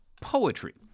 poetry